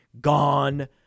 gone